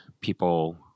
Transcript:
people